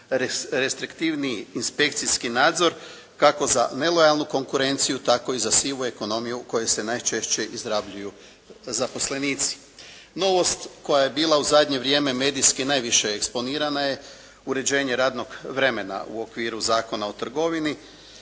restriktivniji inspekciji nadzor kako za nelojalnu konkurenciju tako i za sivu ekonomiju u kojoj se najčešće izrabljuju zaposlenici. Novost koja je bila u zadnje vrijeme medijski najviše eksponirana je uređenje radnog vremena u okviru Zakona o trgovini.